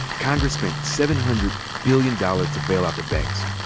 congress spent seven hundred billion dollars to bail out the banks.